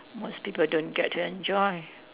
most people don't get to enjoy